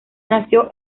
nació